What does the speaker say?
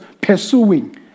pursuing